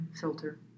filter